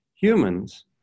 Humans